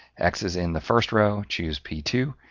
x is in the first row, choose p two,